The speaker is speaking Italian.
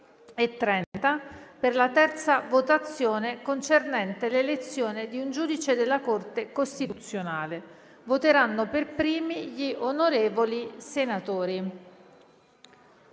ore 12,30 per la terza votazione concernente l'elezione di un giudice della Corte costituzionale. Voteranno per primi gli onorevoli senatori.